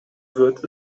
wird